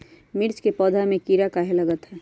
मिर्च के पौधा में किरा कहे लगतहै?